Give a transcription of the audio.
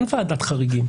אין ועדת חריגים.